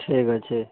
ଠିକ୍ ଅଛି